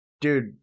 Dude